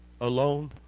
Alone